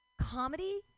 Comedy